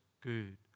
good